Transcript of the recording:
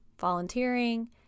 volunteering